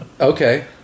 Okay